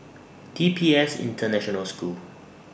D P S International School